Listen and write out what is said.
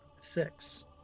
Six